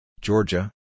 Georgia